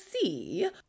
see